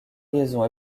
liaisons